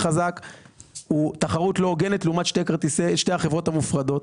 זו תחרות לא הוגנת לעומת שתי החברות המופרדות.